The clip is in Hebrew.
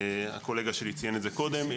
הקולגה שלי ציין את זה קודם,